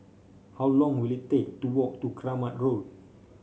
how long will it take to walk to Kramat Road